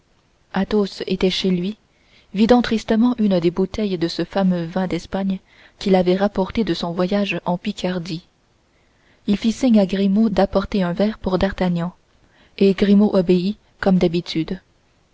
férou athos était chez lui vidant tristement une des bouteilles de ce fameux vin d'espagne qu'il avait rapporté de son voyage en picardie il fit signe à grimaud d'apporter un verre pour d'artagnan et grimaud obéit comme d'habitude